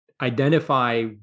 identify